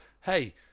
hey